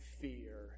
fear